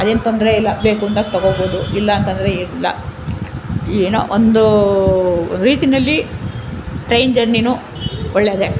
ಅದೇನು ತೊಂದರೆ ಇಲ್ಲ ಬೇಕು ಅಂದಾಗ ತೊಗೊಳ್ಬೋದು ಇಲ್ಲಂತಂದ್ರೆ ಇಲ್ಲ ಏನೊ ಒಂದು ರೀತಿನಲ್ಲಿ ಟ್ರೈನ್ ಜರ್ನಿಯೂ ಒಳ್ಳೆದೆ